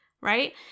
right